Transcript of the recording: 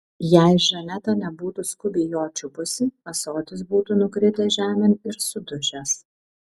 jei žaneta nebūtų skubiai jo čiupusi ąsotis būtų nukritęs žemėn ir sudužęs